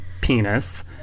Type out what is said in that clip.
penis